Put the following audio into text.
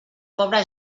pobre